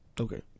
Okay